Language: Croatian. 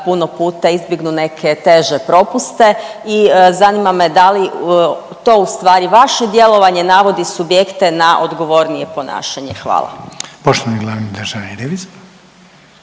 puno puta izbjegnu neke teže propuste i zanima me da li to ustvari vaše djelovanje navodi subjekte na odgovornije ponašanje? Hvala. **Reiner, Željko